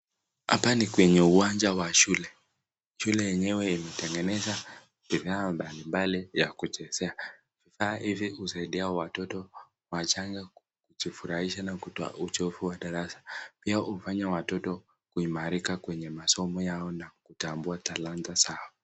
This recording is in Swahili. Hapa ni kwenye uwanja wa shule. Shule yenyewe imetengeneza mahali mbali mbali ya kuchezea ili kusaidia watoto wachanga kujifurahisha na kutoa uchovu wa darasa. Pia hufanya watoto kuimarika kwenye masomo yao na kutambua talanta zao.